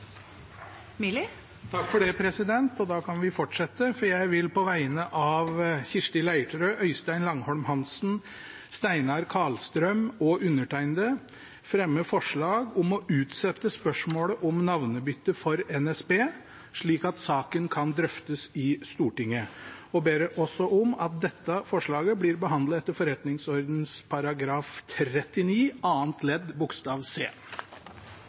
Og vi kan fortsette, for jeg vil på vegne av stortingsrepresentantene Kirsti Leirtrø, Øystein Langholm Hansen, Steinar Karlstrøm og undertegnede fremme et representantforslag om å utsette spørsmålet om navnebytte for NSB slik at saken kan drøftes i Stortinget – og ber også om at dette forslaget blir behandlet etter forretningsordenens § 39 annet ledd bokstav c.